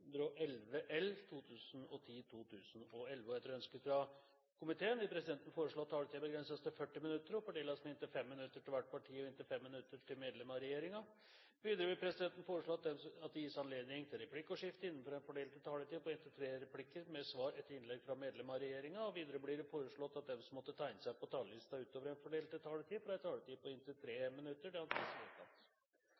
Etter ønske fra næringskomiteen vil presidenten foreslå at taletiden begrenses til 40 minutter og fordeles med inntil 5 minutter til hvert parti og inntil 5 minutter til medlem av regjeringen. Videre vil presidenten foreslå at det gis anledning til replikkordskifte på inntil tre replikker med svar etter innlegg fra medlem av regjeringen innenfor den fordelte taletid. Videre blir det foreslått at de som måtte tegne seg på talerlisten utover den fordelte taletid, får en taletid på inntil